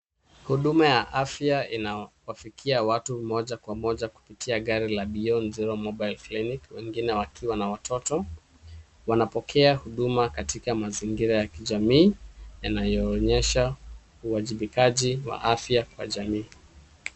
Huduma ya afya inawafikia watu moja kwa moja kupitia gari la beyond zero mobile clinic wengine wakiwa na watoto. Wanapokea huduma katika mazingira ya kijamii yanayooneysha uwajibikaji wa afya kwa jamii.